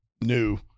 new